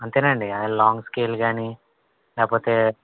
అంతేనండి long scale గానీ లేపోతే